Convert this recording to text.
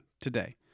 today